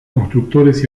constructores